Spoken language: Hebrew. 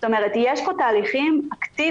זאת אומרת יש פה תהליכים אקטיביים